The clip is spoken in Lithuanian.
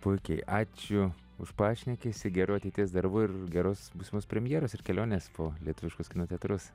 puikiai ačiū už pašnekesį gerų ateities darbų ir geros būsimos premjeros ir kelionės po lietuviškus kino teatrus